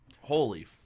Holy